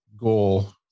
goal